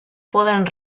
poden